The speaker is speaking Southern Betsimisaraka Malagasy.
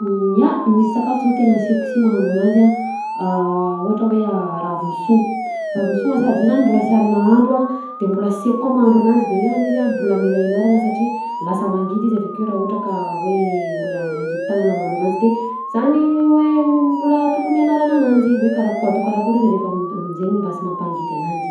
Ya misy sakafo zao tena sy aiko si mahandro ananjy a ohatra hoe ravinsogno, ravinsogna sady zah zany mbola sy ary nahandro a de mbola sy aiko ko mahandro ananjy nefany izy mbola mila enarana satria lasa mangidy izy avy akeo raha ohatra ka hoe olona mangidy tagnana mahandro ananjy de zany hoe mbola tokony ianarana ananjy hoe karaha ako- atao karakory am'zay iny mba sy mampagidy ananjy.